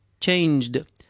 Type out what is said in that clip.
changed